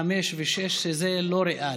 החמישי והשישי, שזה לא ריאלי.